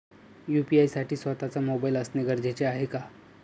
UPI साठी स्वत:चा mobile असणे गरजेचे आहे का?